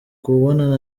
kubonana